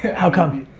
how come?